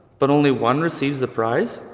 but only one receives the prize?